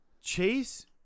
Chase